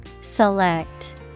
Select